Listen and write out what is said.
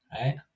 right